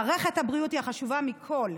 מערכת הבריאות היא החשובה מכול,